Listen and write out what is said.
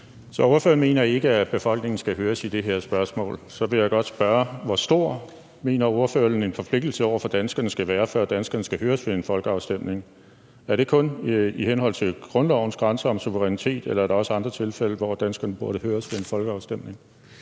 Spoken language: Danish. Så ordføreren mener ikke, at befolkningen skal høres i det her spørgsmål. Så vil jeg godt spørge: Hvor stor skal en forpligtelse over for danskerne efter ordførerens mening være, før danskerne skal høres ved en folkeafstemning? Er det kun i henhold til grundlovens grænser om suverænitet, eller er der også andre tilfælde, hvor danskerne burde høres ved en folkeafstemning?